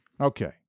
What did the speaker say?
Okay